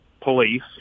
police